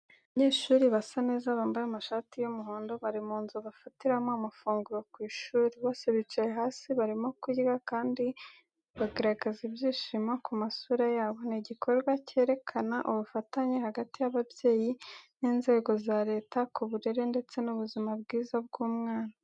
Abanyeshuri basa neza, bambaye amashati y'umuhondo, bari mu nzu bafatiramo amafunguro ku ishuri, bose bicaye hasi barimo kurya, kandi baragaragaza ibyishimo ku masura yabo. Ni igikorwa cyerekana ubufatanye hagati y'ababyeyi n'inzego za Leta ku burere ndetse n'ubuzima bwiza bw'umwana.